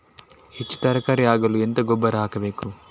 ಹೆಚ್ಚು ತರಕಾರಿ ಆಗಲು ಎಂತ ಗೊಬ್ಬರ ಹಾಕಬೇಕು?